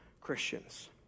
Christians